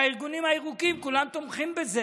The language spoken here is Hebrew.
הארגונים הירוקים כולם תומכים בזה.